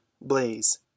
Blaze